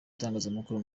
itangazamakuru